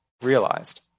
realized